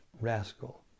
rascal